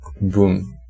Boom